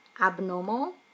abnormal